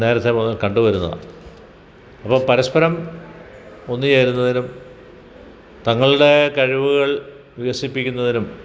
നേരത്തെ മുതല് കണ്ടുവരുന്നതാണ് അപ്പോള് പരസ്പരം ഒന്ന് ചേരുന്നതിനും തങ്ങളുടെ കഴിവുകൾ വികസിപ്പിക്കുന്നതിനും